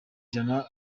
ijana